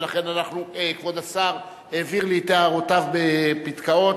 ולכן כבוד השר העביר לי את הערותיו בפתקאות,